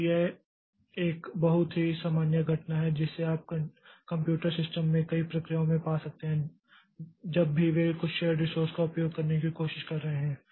तो यह एक बहुत ही सामान्य घटना है जिसे आप कंप्यूटर सिस्टम में कई प्रक्रियाओं में पा सकते हैं जब भी वे कुछ शेर्ड रीसोर्स का उपयोग करने की कोशिश कर रहे हैं